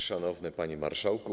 Szanowny Panie Marszałku!